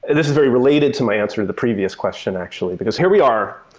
and this is very related to my answer to the previous question actually, because here we are,